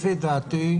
לפי דעתי,